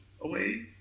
away